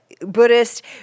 Buddhist